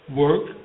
work